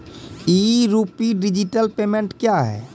ई rupee digital payment क्या हैं?